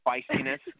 spiciness